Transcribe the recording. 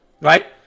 Right